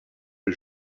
que